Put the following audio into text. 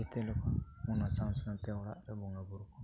ᱡᱮᱛᱮ ᱞᱮᱠᱟ ᱚᱱᱟ ᱥᱟᱶ ᱥᱟᱶᱛᱮ ᱚᱲᱟᱜ ᱨᱮ ᱵᱚᱸᱜᱟ ᱵᱩᱨᱩ ᱠᱚᱦᱚᱸ